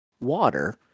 water